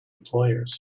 employers